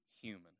human